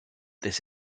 this